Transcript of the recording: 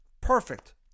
Perfect